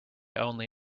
only